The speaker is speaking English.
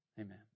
Amen